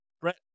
Brett